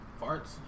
Farts